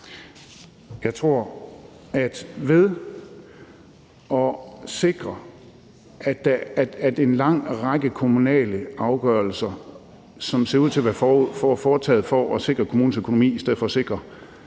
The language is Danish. Jeg tror, at ved at sikre, at en lang række kommunale afgørelser, som ser ud til at være foretaget for at sikre kommunens økonomi i stedet for at sikre borgerens